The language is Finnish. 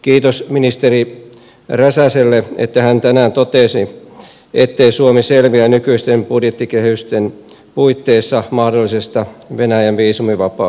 kiitos ministeri räsäselle että hän tänään totesi ettei suomi selviä nykyisten budjettikehysten puitteissa mahdollisesta venäjän viisumivapaudesta